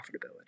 profitability